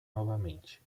novamente